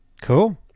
Cool